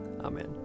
Amen